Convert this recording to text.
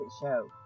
show